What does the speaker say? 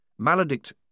Maledict